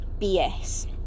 BS